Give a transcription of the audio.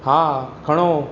हा खणो